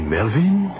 Melvin